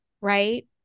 Right